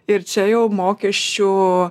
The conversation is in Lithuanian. ir čia jau mokesčių